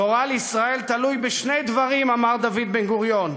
גורל ישראל תלוי בשני דברים, אמר דוד בן-גוריון: